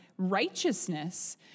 Righteousness